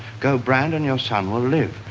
go, brand, and your son will live.